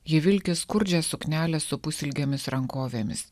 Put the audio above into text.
ji vilki skurdžią suknelę su pusilgėmis rankovėmis